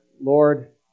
Lord